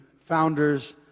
founders